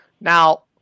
Now